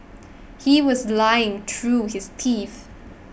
he was lying through his teeth